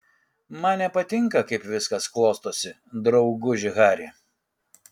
man nepatinka kaip viskas klostosi drauguži hari